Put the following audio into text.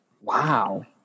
Wow